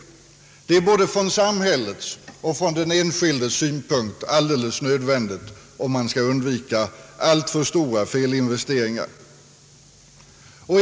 Det är både från samhällets och från den enskildes synpunkt nödvändigt om alltför stora felinvesteringar skall undvikas.